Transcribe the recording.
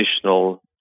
additional